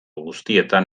guztietan